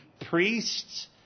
priests